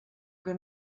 que